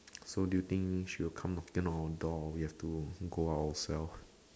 so do you think she will come within our door or we have to go ourself